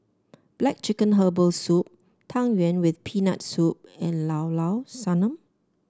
black chicken Herbal Soup Tang Yuen with Peanut Soup and Llao Llao Sanum